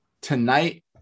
Tonight